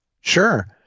Sure